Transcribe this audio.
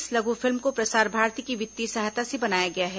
इस लघु फिल्म को प्रसार भारती की वित्तीय सहायता से बनाया गया है